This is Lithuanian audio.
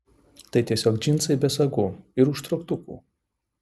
tai tiesiog džinsai be sagų ir užtrauktukų